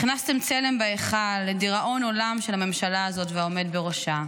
הכנסתם צלם בהיכל לדיראון עולם של הממשלה הזאת והעומד בראשה.